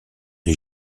les